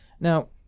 Now